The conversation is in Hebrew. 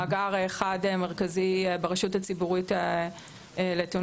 מאגר אחד מרכזי ברשות הארצית לתחבורה